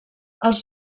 els